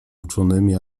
uczonymi